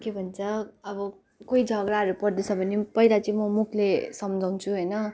के भन्छ अब कोही झगडाहरू पर्दैछ भने पहिला चाहिँ म मुखले सम्झाउँछु होइन